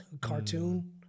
Cartoon